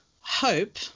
hope